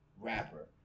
rapper